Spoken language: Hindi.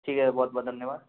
ठीक है बहुत बहुत धन्यवाद